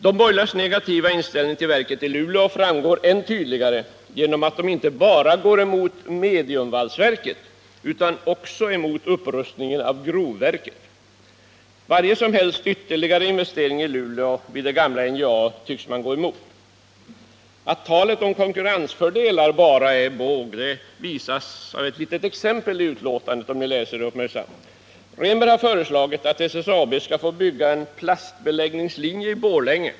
De borgerligas negativa inställning till verket i Luleå framgår än tydligare genom att de inte bara går emot mediumvalsverket utan även går emot upprustningen av grovverket. Varje som helst ytterligare investering i Luleå vid det gamla NJA tycks man gå emot. Att talet om konkurrensfördelar bara är båg framgår av utskottsbetänkandet, om man läser uppmärksamt. Generaldirektör Rehnberg har föreslagit att SSAB skall få bygga en plastbeläggningslinje i Borlänge.